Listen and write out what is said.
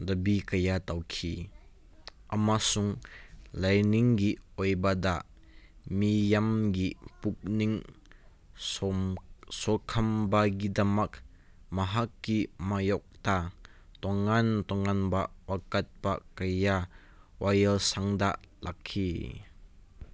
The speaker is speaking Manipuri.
ꯗꯥꯕꯤ ꯀꯌꯥ ꯇꯧꯈꯤ ꯑꯃꯁꯨꯡ ꯂꯥꯏꯅꯤꯡꯒꯤ ꯑꯣꯏꯕꯗ ꯃꯤꯌꯥꯝꯒꯤ ꯄꯨꯛꯅꯤꯡ ꯁꯣꯛꯍꯟꯕꯒꯤꯗꯃꯛ ꯃꯍꯥꯛꯀꯤ ꯃꯥꯏꯌꯣꯛꯇ ꯇꯣꯉꯥꯟ ꯇꯣꯉꯥꯟꯕ ꯋꯥꯀꯠꯄ ꯀꯌꯥ ꯋꯥꯌꯦꯜ ꯁꯪꯗ ꯂꯥꯛꯈꯤ